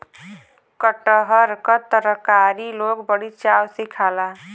कटहर क तरकारी लोग बड़ी चाव से खाला